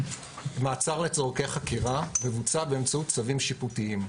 מעצר לצרכי חקירה מבוצע באמצעות צווים שיפוטיים.